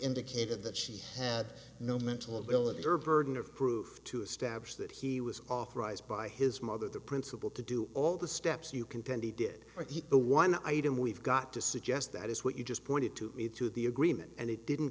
indicated that she had no mental ability or burden of proof to establish that he was off rise by his mother the principal to do all the steps you contend he did i think the one item we've got to suggest that is what you just pointed to me through the agreement and it didn't